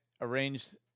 arranged